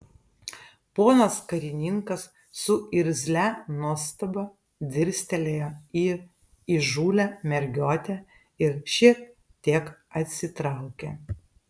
ponas karininkas su irzlia nuostaba dirstelėjo į įžūlią mergiotę ir šiek tiek atsitraukė